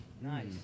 Nice